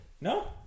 No